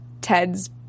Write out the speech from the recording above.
Ted's